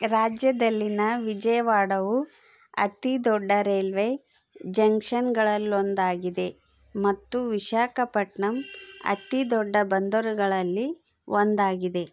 ರಾಜ್ಯದಲ್ಲಿನ ವಿಜಯವಾಡವು ಅತಿ ದೊಡ್ಡ ರೈಲ್ವೆ ಜಂಕ್ಷನ್ಗಳಲ್ಲೊಂದಾಗಿದೆ ಮತ್ತು ವಿಶಾಖಪಟ್ಟಣಮ್ ಅತಿದೊಡ್ಡ ಬಂದರುಗಳಲ್ಲಿ ಒಂದಾಗಿದೆ